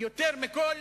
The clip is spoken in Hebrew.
יותר מכל